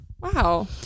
wow